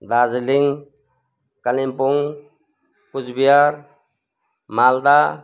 Darjeeling Kalimpong Cooch Behar Malda